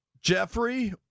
Jeffrey